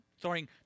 throwing